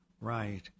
Right